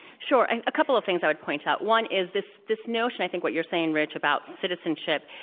sure. and a couple of things i would point out, one is this this notion i think what you're saying, rich, about citizenship.